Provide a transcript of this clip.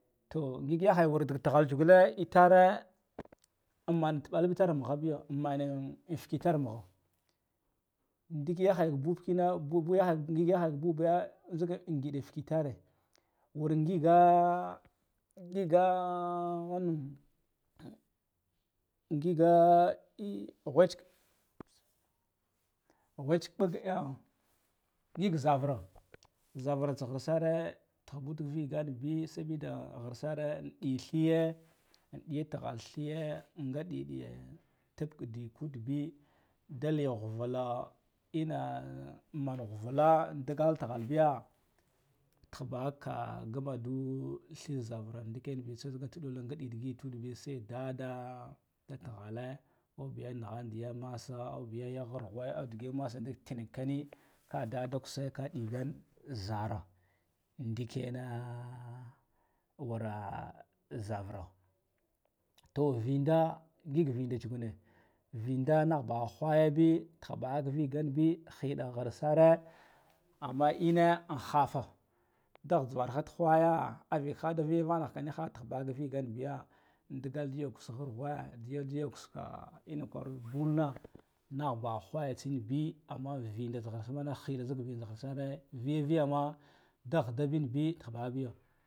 To ngig haya dik tighal jule itare mant iɓal bitarmugha biyo amane in fike itar dig haya bud kina bub ngig, ngig yaha ka bube zikke in ngiɗa fuke itare wur ngig ngig wan nan ngig eh ghwats ghwats big kam ngig zavira zavira tsa ghir sare dihbud ka viganbi sabida ghir sare ɗi thige an ɗiya taghal thiye nga ɗiɗiya tab ka diku ud bo da li ghuvilla, in man ghuvilla ndigal tighal biya tih bahaka ngun adu thi zabura ndikenbi tsa zika tulula nga ɗiya digit tubuɗbi sedada da fighale aubiya nigjan diya masa aubiya ya gharghe aubiya masa ndik tinikani ka da da kashe ka digan zara ndikena wura zaura ta vinda ngig vinda tsugune vinda nah baha wahayabi tihba ka viganbi hida ghirsare, amma ina an hafa da ghijhifahar ti whaya avela ha da viya vanaka niha tihba haka viganbiya ndigal duwa kas ghargwa duyodiya ina kwanid gunna nah baha wha ga tsinbi, amma vida da gharhamae hiɗa zila vind da ghirsare vigavigama da ghida bin bi tihbaha biyo.